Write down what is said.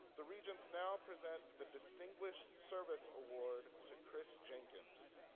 the regents now present the distinguished service award to chris jenkins.